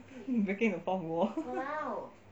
breaking the fourth wall